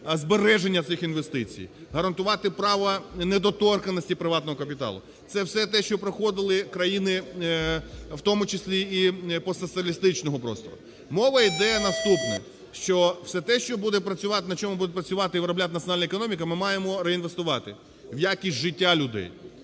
збереження цих інвестицій, гарантувати право недоторканності приватного капіталу. Це все те, що проходили країни, в тому числі і постсоціалістичного простору. Мова йде про наступне: що все те, що буде працювати, на чому буде працювати і виробляти національна економіка, ми маємо реінвестувати в якість життя людей,